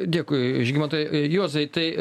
dėkui žygimantai juozai tai